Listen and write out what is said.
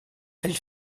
elle